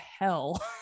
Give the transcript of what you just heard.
hell